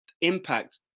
impact